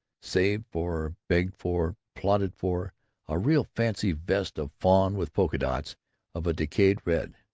saved for, begged for, plotted for a real fancy vest of fawn with polka dots of a decayed red,